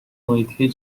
محیطی